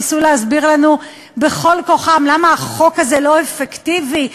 ניסו להסביר לנו בכל כוחם למה החוק הזה לא אפקטיבי.